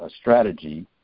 strategy